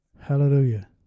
Hallelujah